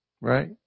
Right